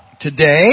today